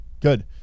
Good